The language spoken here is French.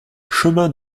chemin